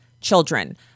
children